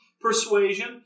persuasion